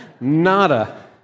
Nada